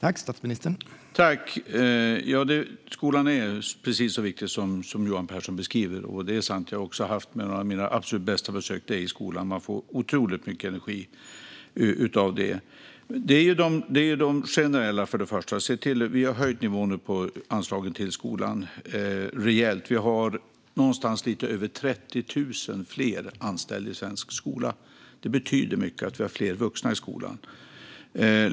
Herr talman! Ja, skolan är precis så viktig som Johan Pehrson beskriver. Och det är sant att jag har haft några av mina absolut bästa besök i skolan. Man får otroligt mycket energi av det. Det första är det generella. Vi har nu höjt nivån på anslagen till skolan rejält. Vi har lite över 30 000 fler anställda i svensk skola. Det betyder mycket att vi har fler vuxna i skolan.